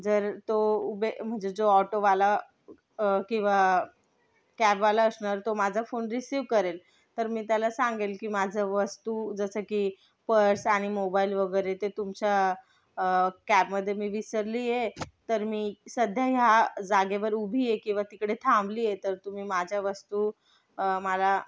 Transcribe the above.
जर तो उबे म्हणजे जो ऑटोवाला किंवा कॅबवाला असणार तो माझा फोन रिसीव्ह करेल तर मी त्याला सांगेल की माझं वस्तू जसं की पर्स आणि मोबाईल वगैरे ते तुमच्या कॅबमध्ये मी विसरली आहे तर मी सध्या ह्या जागेवर उभी आहे किंवा तिकडे थांबली आहे तर तुम्ही माझ्या वस्तू मला